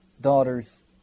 daughters